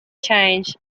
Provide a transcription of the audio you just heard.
changed